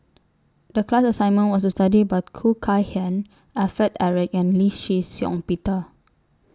The class assignment was to study about Khoo Kay Hian Alfred Eric and Lee Shih Shiong Peter